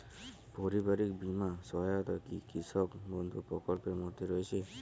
পারিবারিক বীমা সহায়তা কি কৃষক বন্ধু প্রকল্পের মধ্যে রয়েছে?